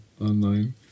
online